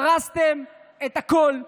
הרסתם את הכול,